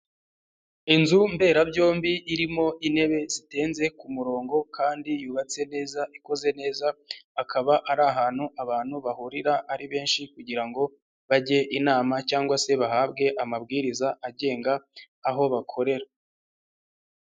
Inzu mberabyombi irimo intebe zitenze ku murongo kandi yubatse neza, ikoze neza, akaba ari ahantu abantu bahurira ari benshi kugira ngo bajye inama cyangwa se bahabwe amabwiriza agenga aho bakorera.